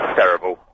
terrible